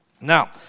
Now